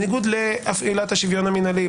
בניגוד לעילת השוויון המינהלי,